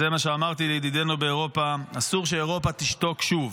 וזה מה שאמרתי לידידינו באירופה: אסור שאירופה תשתוק שוב.